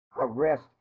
arrest